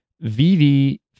Vivi